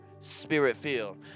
spirit-filled